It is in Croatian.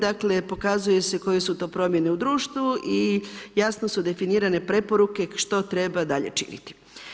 Dakle, pokazuje se koje su to promjene u društvu i jasno su definirane preporuke što treba dalje činiti.